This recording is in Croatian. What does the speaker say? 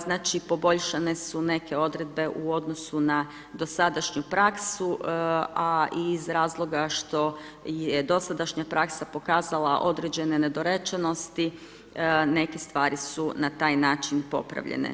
Znači poboljšane su neke odredbe u odnosu na dosadašnju praksu a i iz razloga što je dosadašnja praksa pokazala određene nedorečenosti, neke stvari su na taj način popravljene.